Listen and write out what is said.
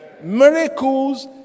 miracles